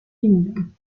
kingdom